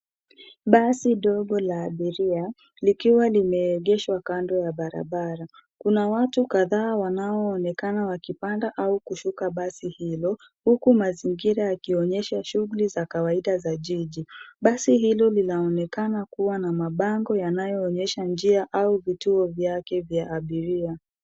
Basi ndogo la abiria likiwa limeegeshwa kando ya barabara. Kuna watu kadhaa wanaoonekana wakipanda au kushuka basi hilo huku mazingira yakionyesha shughuli za kawaida za jiji. Basi hilo linaonekana kuwa na mabango yanayoonyesha njia au vituo vyake vya abiria.